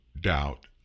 doubt